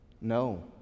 No